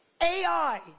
AI